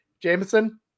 Jameson